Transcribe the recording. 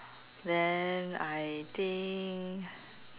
then I think